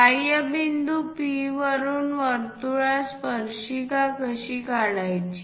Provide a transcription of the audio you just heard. बाह्य बिंदू P वरून वर्तुळास स्पर्शिका कशी काढायची